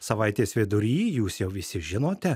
savaitės vidury jūs jau visi žinote